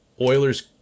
Oilers